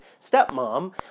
stepmom